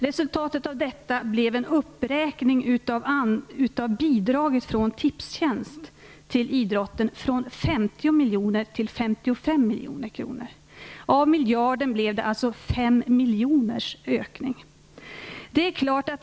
Resultatet av det blev en uppräkning av bidraget från Tipstjänst till idrotten från 50 miljoner till 55 miljoner kronor. Av miljarden blev det alltså en ökning med 5 miljoner.